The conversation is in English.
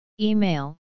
Email